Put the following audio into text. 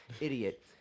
Idiot